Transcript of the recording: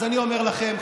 אז אני אומר לכם,